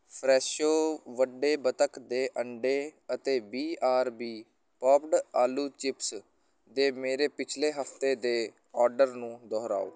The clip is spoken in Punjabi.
ਫਰੈਸ਼ੋ ਵੱਡੇ ਬੱਤਖ਼ ਦੇ ਅੰਡੇ ਅਤੇ ਬੀ ਆਰ ਬੀ ਪੌਪਡ ਆਲੂ ਚਿਪਸ ਦੇ ਮੇਰੇ ਪਿਛਲੇ ਹਫ਼ਤੇ ਦੇ ਔਡਰ ਨੂੰ ਦੁਹਰਾਓ